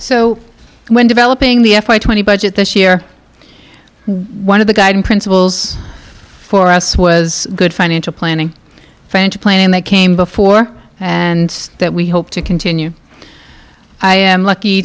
so when developing the f i twenty budget this year one of the guiding principles for us was good financial planning financial planning that came before and that we hope to continue i am lucky